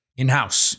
in-house